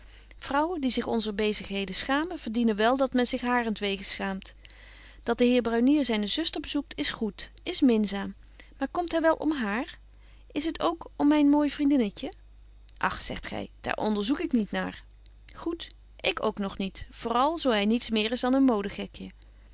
vrouwen die zich onzer bezigheden schamen verdienen wel dat men zich harentwege schaamt dat betje wolff en aagje deken historie van mejuffrouw sara burgerhart de heer brunier zyne zuster bezoekt is goed is minzaam maar komt hy wel om haar is het ook om myn mooi vriendinnetje och zegt gy daar onderzoek ik niet naar goed ik ook nog niet vooral zo hy niets meer is dan een